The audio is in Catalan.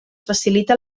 facilita